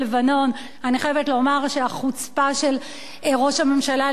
אני חייבת לומר שהחוצפה של ראש הממשלה לשעבר אולמרט,